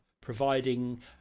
providing